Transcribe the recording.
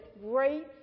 great